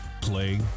Play